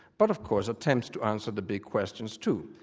but of course attempts to answer the big questions too.